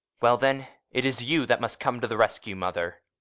well then, it is you that must come to the rescue, mother.